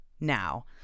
Now